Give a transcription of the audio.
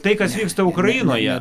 tai kas vyksta ukrainoje